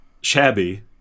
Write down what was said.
shabby